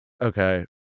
okay